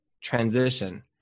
transition